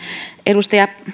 edustaja